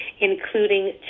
including